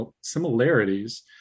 similarities